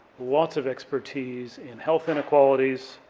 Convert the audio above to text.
lots of expertise in health inequalities,